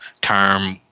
term